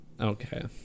Okay